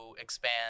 expand